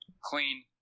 clean